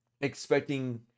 expecting